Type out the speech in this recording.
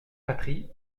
patry